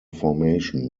formation